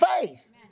faith